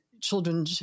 children